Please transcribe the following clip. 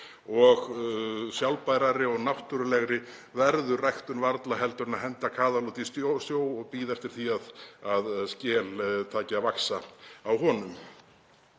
og sjálfbærari og náttúrulegri verður ræktun varla heldur en að henda kaðli út í sjó og bíða eftir því að skel taki að vaxa á honum.